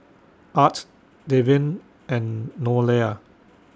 Art Deven and Nolia